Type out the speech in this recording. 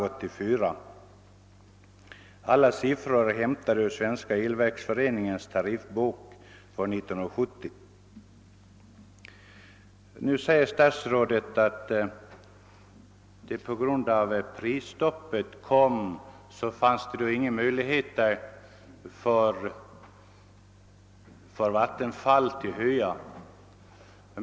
Alla dessa exempel är hämtade ur Svenska elverksföreningens tariffbok för 1970. Nu säger statsrådet att Vattenfall på grund av prisstoppet saknade möjligheter att höja sina avgifter.